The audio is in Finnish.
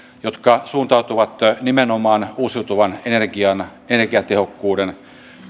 ja nämä suuntautuvat nimenomaan uusiutuvan energian energiatehokkuuden